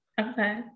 Okay